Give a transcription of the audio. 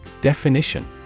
Definition